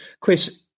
Chris